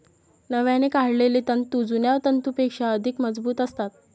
नव्याने काढलेले तंतू जुन्या तंतूंपेक्षा अधिक मजबूत असतात